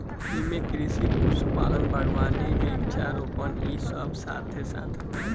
एइमे कृषि, पशुपालन, बगावानी, वृक्षा रोपण इ सब साथे साथ होखेला